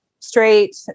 Straight